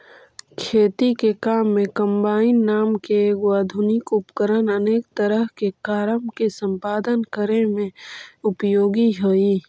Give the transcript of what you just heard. खेती के काम में कम्बाइन नाम के एगो आधुनिक उपकरण अनेक तरह के कारम के सम्पादन करे में उपयोगी हई